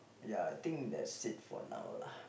ya I think that's it for now lah